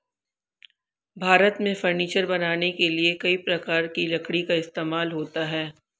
भारत में फर्नीचर बनाने के लिए कई प्रकार की लकड़ी का इस्तेमाल होता है